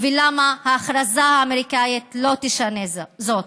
ולמה ההכרזה האמריקנית לא תשנה זאת.